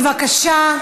בבקשה,